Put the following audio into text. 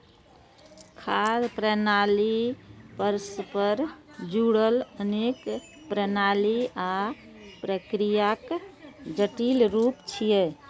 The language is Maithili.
खाद्य प्रणाली परस्पर जुड़ल अनेक प्रणाली आ प्रक्रियाक जटिल रूप छियै